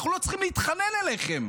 אנחנו לא צריכים להתחנן אליכם.